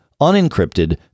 unencrypted